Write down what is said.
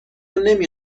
نمی